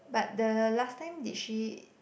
but the last time did she